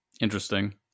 interesting